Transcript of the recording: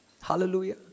Hallelujah